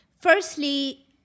Firstly